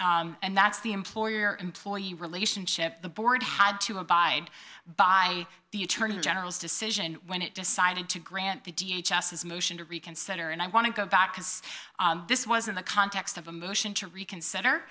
and that's the employer employee relationship the board had to abide by the attorney general's decision when it decided to grant the d h s s motion to reconsider and i want to go back because this was in the context of a motion to reconsider